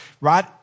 right